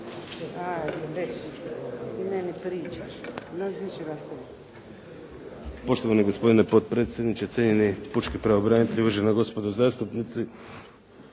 Poštovani gospodine potpredsjedniče, cijenjeni pučki pravobranitelju, uvažena gospodo zastupnici.